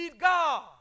God